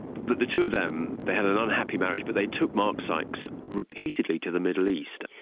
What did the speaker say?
but the two of them, they had an unhappy marriage but they took mark sykes repeatedly to the middle east.